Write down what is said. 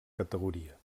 categoria